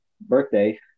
birthday